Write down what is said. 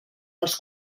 als